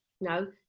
No